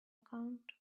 account